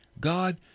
God